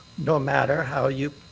no matter how you